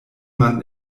man